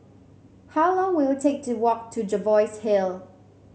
how long will it take to walk to Jervois Hill